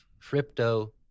crypto